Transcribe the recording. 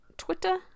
twitter